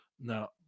Now